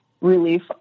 relief